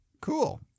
Cool